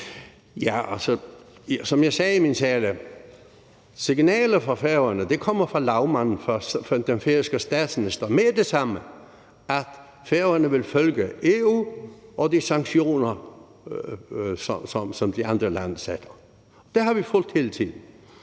Som jeg sagde i min tale, så kommer signalet fra Færøerne fra lagmanden, den færøske statsminister, med det samme, nemlig at Færøerne vil følge EU og de sanktioner, som de andre lande beslutter. Det har vi fulgt hele